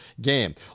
game